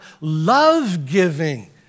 love-giving